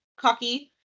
cocky